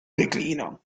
declino